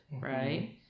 right